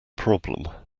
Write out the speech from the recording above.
problem